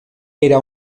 era